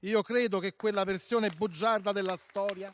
Credo che quella versione bugiarda della storia